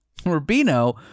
Rubino